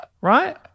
right